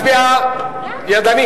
מחשב לכל ילד,